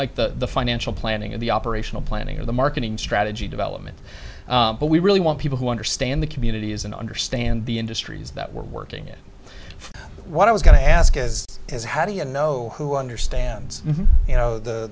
like the financial planning of the operational planning or the marketing strategy development but we really want people who understand the communities and understand the industries that were working it what i was going to ask is is how do you know who understands you know